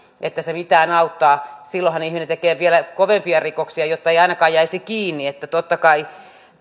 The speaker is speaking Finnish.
mitään auttaa silloinhan ihminen tekee vielä kovempia rikoksia jottei ainakaan jäisi kiinni totta kai